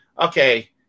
okay